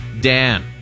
Dan